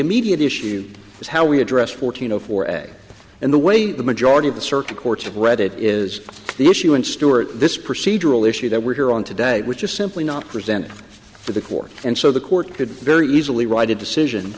immediate issue is how we address fourteen zero four ad and the way the majority of the circuit courts have read it is the issue and stewart this procedural issue that we're here on today which is simple not present for the court and so the court could very easily write a decision